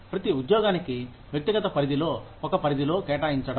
ప్రతి ఉద్యోగానికి వ్యక్తిగత పరిధిలో ఒక పరిధిలో కేటాయించడం